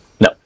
No